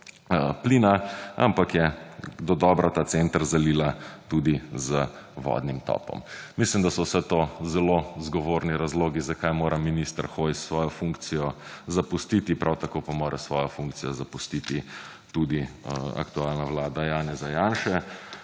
plina, ampak je dodobra ta center zalila tudi z vodnim topom. Mislim, da so vse to zelo zgovorni razlogi, zakaj mora minister svojo funkcijo zapustiti, prav tako pa mora svojo funkcijo zapustiti tudi aktualna vlada Janeza Janše.